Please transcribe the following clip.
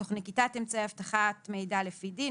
ותוך נקיטת אמצעי אבטחת מידע לפי דין,